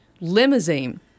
limousine